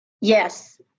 Yes